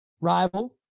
rival